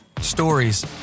Stories